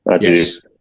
Yes